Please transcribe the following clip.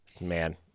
man